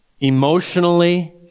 emotionally